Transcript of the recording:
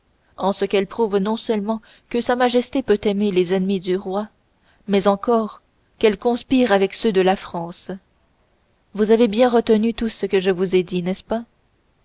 en ce qu'elle prouve non seulement que sa majesté peut aimer les ennemis du roi mais encore qu'elle conspire avec ceux de la france vous avez bien retenu tout ce que je vous ai dit n'est-ce pas